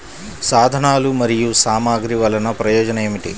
సాధనాలు మరియు సామగ్రి వల్లన ప్రయోజనం ఏమిటీ?